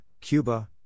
Cuba